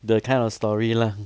the kind of story lah